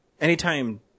anytime